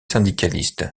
syndicalistes